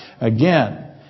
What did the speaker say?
Again